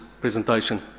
presentation